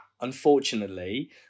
unfortunately